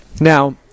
Now